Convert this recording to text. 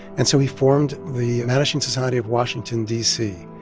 and so he formed the mattachine society of washington, d c.